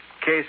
Case